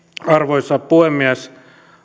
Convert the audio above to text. arvoisa puhemies